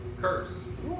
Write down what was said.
curse